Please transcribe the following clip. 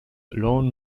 lawn